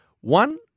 One